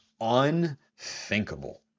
unthinkable